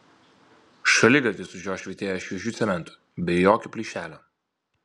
šaligatvis už jo švytėjo šviežiu cementu be jokio plyšelio